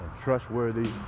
trustworthy